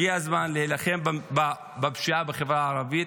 הגיע הזמן להילחם בפשיעה בחברה הערבית.